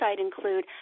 include